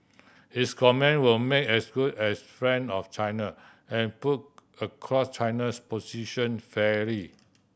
his comment were made as good as friend of China and put across China's position fairly